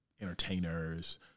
entertainers